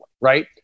right